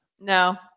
No